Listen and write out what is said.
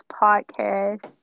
Podcast